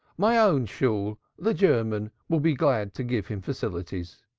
my own shool, the german, will be glad to give him facilities.